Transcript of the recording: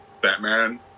batman